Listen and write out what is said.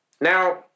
Now